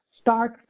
Start